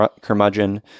curmudgeon